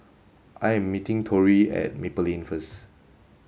I am meeting Tori at Maple Lane first